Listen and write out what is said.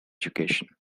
education